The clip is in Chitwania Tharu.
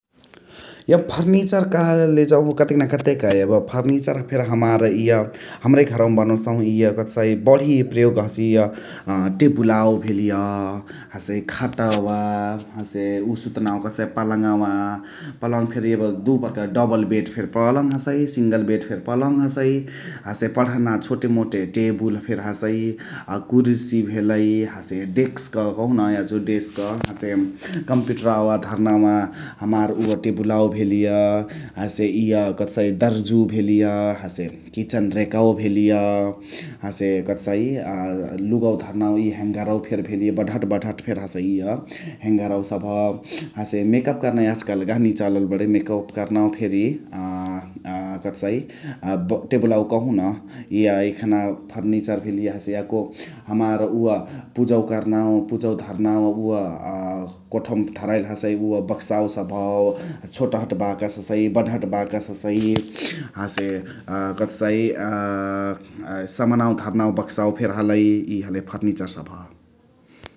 एब फर्निचर कहले जौ कतेक न कतेक एब फर्निचर फेरी हमार इअ हमरे घरवा मा बनोसहु इअ कथसाइ बण्ही प्रयोग हसिय इअ टेबुलावा भेलिय । हसे खटवा हसे उ सुतनावा कथसाइ पलङावा । पलङ फेरी एब दुइ प्रकारक डबल बेड फेर पलङ हसइ, सिङ्ले बेड फेरी पलङ हसइ । हसे पण्हना छुटे मुटे टेबुल हसइ । अ कुर्शी भेलइ हसे डेस्क कहुन याज डेस्क हसे कम्पुटरवा धर्ना हमार उअ टेबुलावा भेलिय । हसे इअ कथसाइ दर्जुवा भेलिय हसे किचेन रेकवा भेलिय । हसे कथसाइ अ लुगवा धर्नावा इ ह्याङगरवा फेरी भेलिय बडहट बडहट फेरी हसइ इअ ह्याङगरवा सबह । हसे मेकप कर्ना याज कालु गहनी चलल बणै मेकप कर्नावा फेरी अ कथसाइ टेबुलावा कहुन इअ एखना फर्निचर भेलिय हसे याको हमार उअ पुजवा कर्नावा पुजवा धर्नावा अ उअ कोठाव मा धराइली हसै उअ बक्सावा सबह । हसे छोटहट बाकस हसै, बडहट बाकस हसै अ समनावा धर्नावा बकसावा फेरी हलइ इ हलइ फर्निचर सबह ।